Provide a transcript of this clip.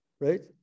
right